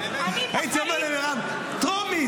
אני בחיים --- אני הייתי אומר למירב: טרומית,